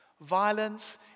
violence